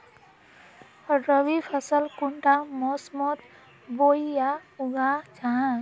रवि फसल कुंडा मोसमोत बोई या उगाहा जाहा?